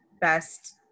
best